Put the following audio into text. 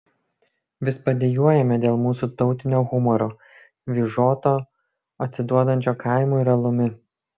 vis padejuojame dėl mūsų tautinio humoro vyžoto atsiduodančio kaimu ir alumi